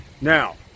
Now